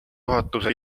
juhatuse